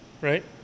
right